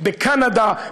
ובקנדה,